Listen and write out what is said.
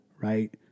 right